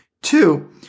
Two